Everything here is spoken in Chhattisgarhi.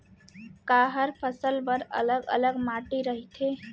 का हर फसल बर अलग अलग माटी रहिथे?